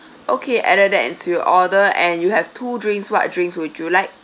okay added that into your order and you have two drinks what drinks would you like